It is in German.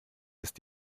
ist